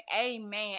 Amen